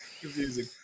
confusing